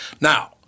Now